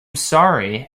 sorry